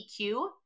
EQ